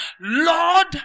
Lord